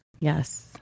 Yes